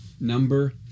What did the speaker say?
number